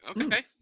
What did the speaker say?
okay